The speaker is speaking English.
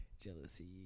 jealousy